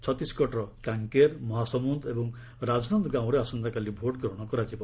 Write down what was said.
ଛତିଶଗଡ଼ର କାଙ୍କେର୍ ମହାସମୁନ୍ଦ୍ ଏବଂ ରାଜନନ୍ଦ୍ରାଓଁରେ ଆସନ୍ତାକାଲି ଭୋଟ୍ଗ୍ରହଣ କରାଯିବ